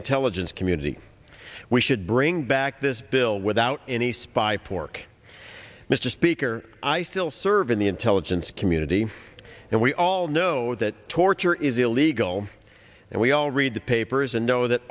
intelligence community we should bring back this bill without any spy pork mr speaker i still serve in the intelligence community and we all know that torture is illegal and we all read the papers and know that